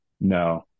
No